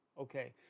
Okay